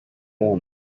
home